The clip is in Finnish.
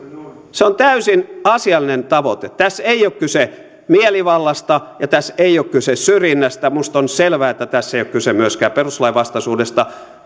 se on täysin asiallinen tavoite tässä ei ole kyse mielivallasta ja tässä ei ole kyse syrjinnästä minusta on selvää että tässä ei ole kyse myöskään perustuslainvastaisuudesta